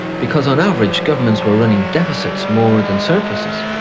because on average governments were running deficits more than surpluses.